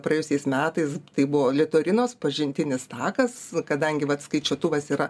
praėjusiais metais tai buvo litorinos pažintinis takas kadangi vat skaičiuotuvas yra